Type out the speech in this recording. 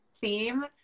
theme